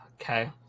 Okay